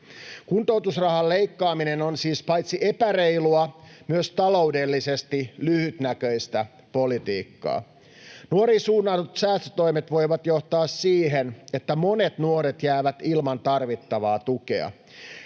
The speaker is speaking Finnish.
Kuntoutusrahan leikkaaminen on siis paitsi epäreilua myös taloudellisesti lyhytnäköistä politiikkaa. Nuoriin suunnatut säästötoimet voivat johtaa siihen, että monet nuoret jäävät ilman tarvittavaa tukea.